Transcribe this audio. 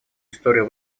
историю